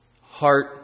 heart